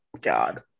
God